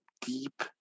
deep